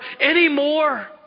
anymore